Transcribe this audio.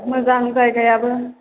मोजां जायगायाबो